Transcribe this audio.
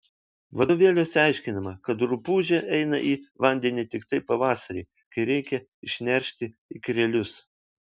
vadovėliuose aiškinama kad rupūžė eina į vandenį tiktai pavasarį kai reikia išneršti ikrelius